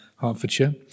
Hertfordshire